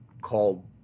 called